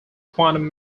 quantum